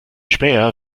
späher